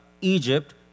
Egypt